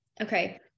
okay